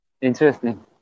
Interesting